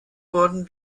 wurden